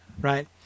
right